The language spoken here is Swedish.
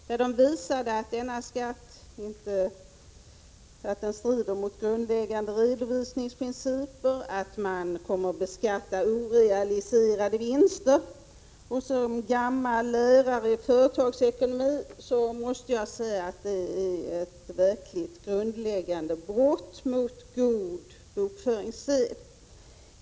FAR visade att denna skatt strider mot grundläggande redovisningsprinciper och att man kommer att beskatta orealiserade vinster. Som gammal lärare i företagsekonomi måste jag säga att det är ett verkligt grundläggande brott mot god bokföringssed.